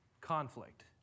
conflict